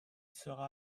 sera